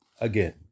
again